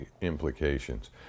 implications